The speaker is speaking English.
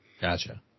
Gotcha